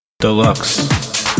Deluxe